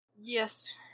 Yes